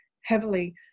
heavily